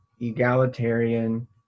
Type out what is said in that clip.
egalitarian